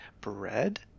bread